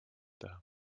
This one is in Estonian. teha